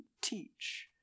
teach